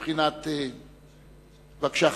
בבקשה,